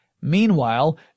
Meanwhile